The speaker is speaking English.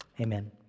Amen